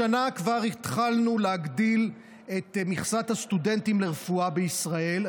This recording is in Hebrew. השנה כבר התחלנו להגדיל את מכסת הסטודנטים לרפואה בישראל.